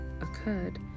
occurred